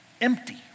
Empty